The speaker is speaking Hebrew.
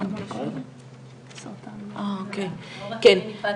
שכאמור נחקק בשנת 2018 והפך את הוועדה